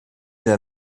der